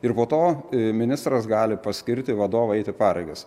ir po to ministras gali paskirti vadovą eiti pareigas